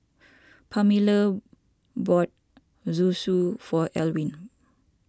Pamelia bought Zosui for Elwin